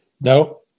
No